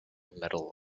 metal